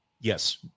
Yes